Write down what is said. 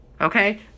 okay